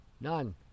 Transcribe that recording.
None